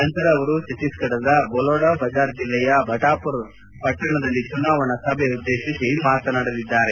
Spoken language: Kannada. ನಂತರ ಅವರು ಚತ್ತೀಸ್ಗಡದ ಬೊಲೋಡಾ ಬಜಾರ್ ಜಿಲ್ಲೆಯ ಭಟಾವರ ಪಟ್ಟಣದಲ್ಲಿ ಚುನಾವಣಾ ಸಭೆಯನ್ನುದ್ದೇಶಿಸಿ ಮಾತನಾಡಲಿದ್ದಾರೆ